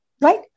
right